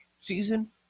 season